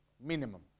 minimum